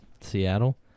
Seattle